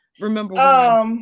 Remember